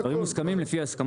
הדברים מוסכמים לפי הסכמות.